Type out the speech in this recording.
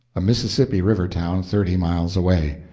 a mississippi river town, thirty miles away.